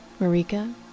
Marika